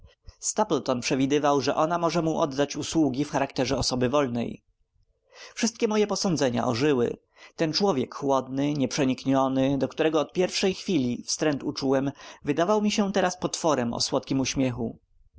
komedya stapleton przewidywał że ona może mu oddać usługi w charakterze osoby wolnej wszystkie moje posądzenia ożyły ten człowiek chłodny nieprzenikniony do którego od pierwszej chwili wstręt uczułem wydawał mi się teraz potworem o słodkim uśmiechu